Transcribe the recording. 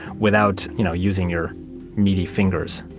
without you know using your meaty fingers.